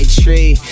tree